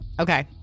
Okay